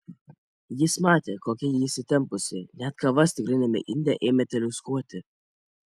jis matė kokia ji įsitempusi net kava stikliniame inde ėmė teliūskuoti